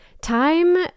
Time